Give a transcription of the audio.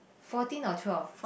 fourteen or twelve